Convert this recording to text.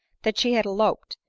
that she had eloped,